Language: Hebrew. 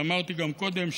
ואמרתי גם קודם,